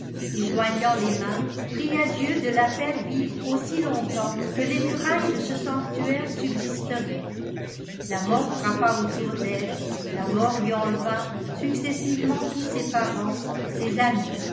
et joignant les mains pria dieu de la faire vivre aussi longtemps que les murailles de ce sanctuaire subsisteraient la mort frappa autour d'elle la mort lui enleva successivement tous ses parents ses amis